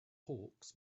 hawks